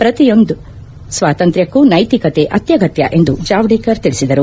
ಪ್ರತಿಯೊಂದು ಸ್ವಾತಂತ್ರ್ಯಕ್ಕೂ ನೈತಿಕತೆ ಅತ್ಯಗತ್ಯ ಎಂದು ಜಾವಡೇಕರ್ ತಿಳಿಸಿದರು